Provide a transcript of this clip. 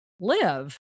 live